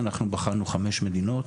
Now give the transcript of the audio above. אנחנו בחנו חמש מדינות: